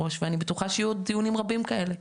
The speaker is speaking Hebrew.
ואני בטוחה שעוד יהיו דיונים רבים כאלה.